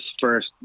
first